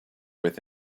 with